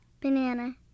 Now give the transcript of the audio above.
Banana